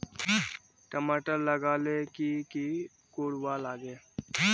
टमाटर लगा ले की की कोर वा लागे?